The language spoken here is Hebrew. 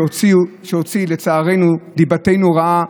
שהוציא לצערנו דיבתנו רעה,